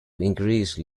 increase